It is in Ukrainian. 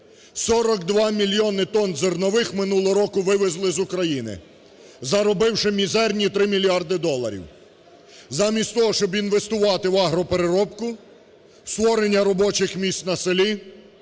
два мільйони тонн зернових минулого року вивезли з України, заробивши мізерні 3 мільярди доларів, замість того, щоб інвестувати в агропереробку, створення робочих місць на селі,